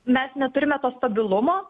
mes neturime to stabilumo